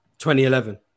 2011